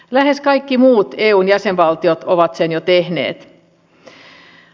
lähes kaikki muut eun jäsenvaltiot ovat sen jo tehneet